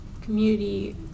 community